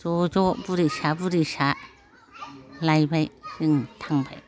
ज' ज' बुरैसा बुरैसा लायबाय जों थांबाय